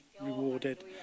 rewarded